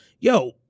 Yo